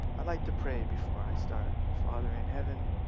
i'd like to pray before i start. father in heaven,